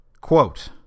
quote